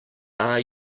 are